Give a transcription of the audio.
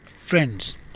friends